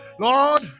Lord